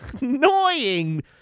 annoying